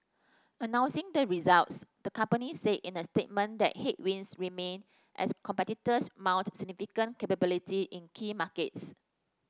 announcing the results the company said in a statement that headwinds remain as competitors mount significant capacity in key markets